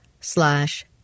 slash